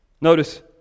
Notice